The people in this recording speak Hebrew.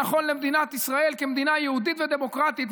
הרבה יותר ממה שטוב ונכון למדינת ישראל כמדינה יהודית ודמוקרטית,